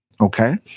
Okay